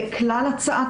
מתייחס אליך